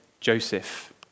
Joseph